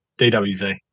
DWZ